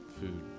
food